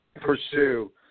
pursue